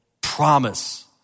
promise